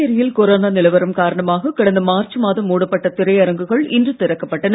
புதுச்சேரியில் கொரோனா நிலவரம் காரணமாக கடந்த மார்ச் மாதம் மூடப்பட்ட திரையரங்குகள் இன்று திறக்கப்பட்டன